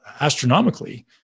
astronomically